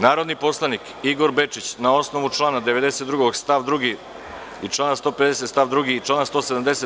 Narodni poslanik Igor Bečić, na osnovu člana 92. stav 2. i člana 150. stav 2. i člana 170.